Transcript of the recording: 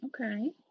Okay